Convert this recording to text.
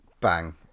Bang